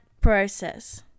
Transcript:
process